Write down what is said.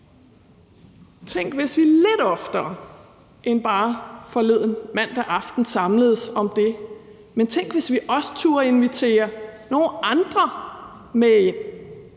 Tænk, hvis vi lidt oftere end bare forleden mandag aften samledes om det, og tænk, hvis vi også turde at invitere nogle andre med